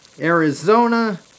Arizona